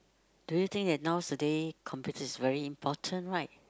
do you think that nowadays computer is very important right